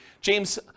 James